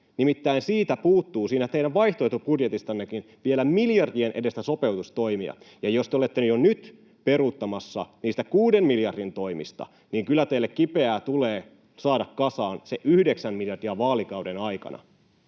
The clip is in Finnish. Nimittäin siitä puuttuu, siitä teidän vaihtoehtobudjetistannekin, vielä miljardien edestä sopeutustoimia. Ja jos te olette jo nyt peruuttamassa niistä kuuden miljardin toimista, niin kyllä teille kipeää tulee saada kasaan se yhdeksän miljardia vaalikauden aikana.